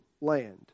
land